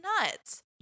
nuts